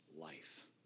life